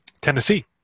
Tennessee